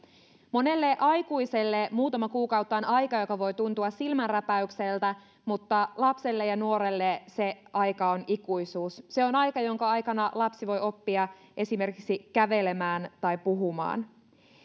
monelle aikuiselle muutama kuukausi on aika joka voi tuntua silmänräpäykseltä mutta lapselle ja nuorelle se aika on ikuisuus se on aika jonka aikana lapsi voi oppia esimerkiksi kävelemään tai puhumaan